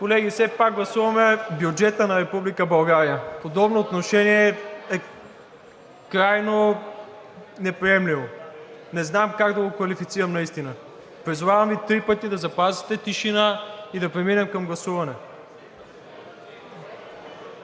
Колеги, все пак гласуваме бюджета на Република България. Подобно отношение е крайно неприемливо. Не знам как да го квалифицирам наистина. Призовавам Ви за трети път да запазите тишина и да преминем към гласуване.